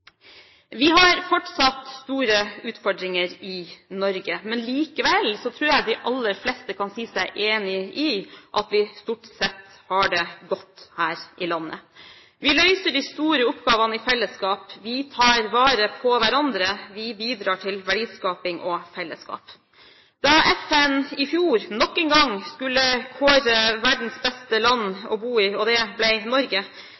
Vi har fortsatt store utfordringer i Norge, men likevel tror jeg de aller fleste kan si seg enig i at vi stort sett har det godt her i landet. Vi løser de store oppgavene i felleskap, vi tar vare på hverandre, vi bidrar til verdiskaping og fellesskap. Da FN i fjor nok en gang skulle kåre verdens beste land å bo i – og det ble Norge